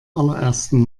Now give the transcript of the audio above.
allerersten